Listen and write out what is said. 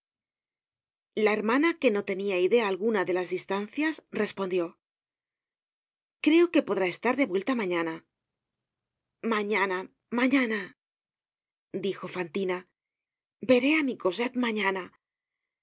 la hermana que no tenia idea alguna de las distancias respondió creo que podrá estar de vuelta mañana mañana mañana dijo fantina veré á mi cosette mañana ya